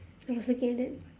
oh I second that